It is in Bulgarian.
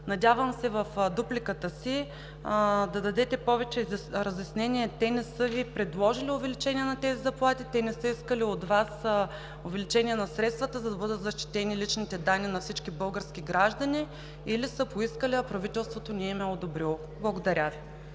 Надявам се в дупликата си да дадете повече разяснения: те не са Ви предложили увеличение на тези заплати, те не са искали от Вас увеличение на средствата, за да бъдат защитени личните данни на всички български граждани или са поискали, а правителството не им е одобрило? Благодаря Ви.